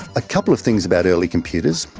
a couple of things about early computers.